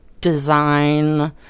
design